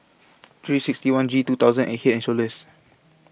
three sixty one G two thousand and Head and Shoulders